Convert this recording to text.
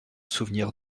souvenir